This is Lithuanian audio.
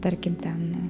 tarkim ten